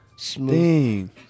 Smooth